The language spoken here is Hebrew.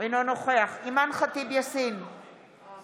אינה נוכחת אסף זמיר,